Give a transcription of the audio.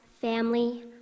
family